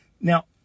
Now